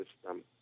system